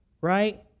right